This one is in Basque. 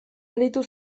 aritu